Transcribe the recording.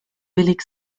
billig